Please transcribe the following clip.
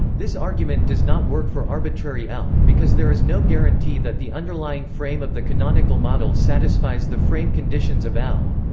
this argument does not work for arbitrary l, because there is no guarantee that the underlying frame of the canonical model satisfies the frame conditions of l.